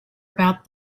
about